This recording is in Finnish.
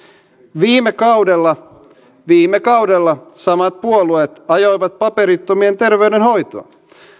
viime kaudella viime kaudella samat puolueet ajoivat paperittomien terveydenhoitoa